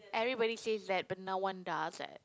everybody says that but no one does it